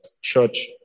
church